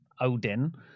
Odin